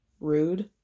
rude